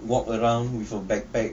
walk around with a backpack